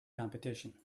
competition